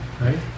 right